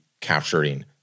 capturing